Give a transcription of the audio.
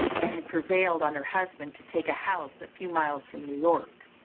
and had prevailed on her husband to take a house a few miles from new-york.